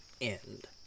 end